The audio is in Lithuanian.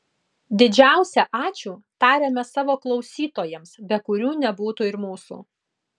didžiausią ačiū tariame savo klausytojams be kurių nebūtų ir mūsų